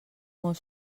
molt